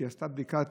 שעשתה בדיקת